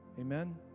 Amen